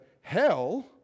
hell